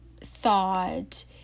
thought